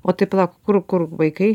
o tai pala kur kur vaikai